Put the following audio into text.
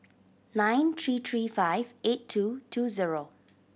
nine three three five eight two two zero